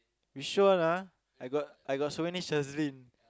you sure [one] ah I got I got so many Shazleen